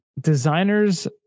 designers